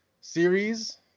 series